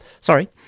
sorry